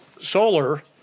solar